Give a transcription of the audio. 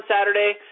Saturday